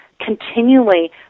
continually